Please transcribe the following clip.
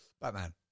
Batman